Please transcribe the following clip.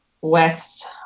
west